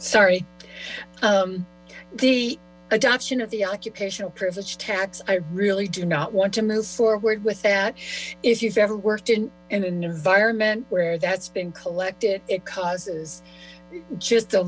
ch sorry the adoption of the occupational privilege tax i really do not want to move forward with that if you've ever worked in an environment where that's been collected it causes just a